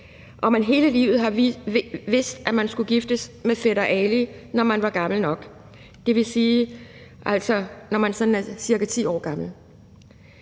og man hele livet har vidst, at man skulle giftes med fætter Ali, når man var gammel nok, altså når man er ca. 10 år gammel?